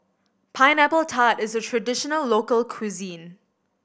Pineapple Tart is a traditional local cuisine